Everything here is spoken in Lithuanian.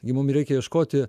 gi mum reikia ieškoti